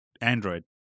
Android